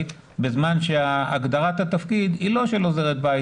בזמן שהגדרת התפקיד היא לא של עוזרת בית,